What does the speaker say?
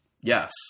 Yes